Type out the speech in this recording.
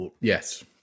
Yes